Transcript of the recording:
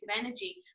energy